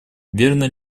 верно